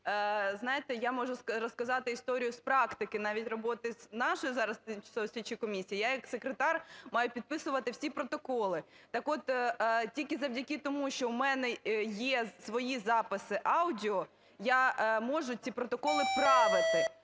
знаєте, я можу розказати історію з практики навіть роботи нашої зараз тимчасової слідчої комісії. Я як секретар маю підписувати всі протоколи. Так от тільки завдяки тому, що в мене є свої записи аудіо, я можу ті протоколи правити.